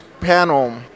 panel